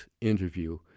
interview